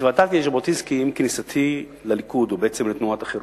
התוודעתי לז'בוטינסקי עם כניסתי לליכוד או בעצם לתנועת החרות.